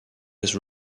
his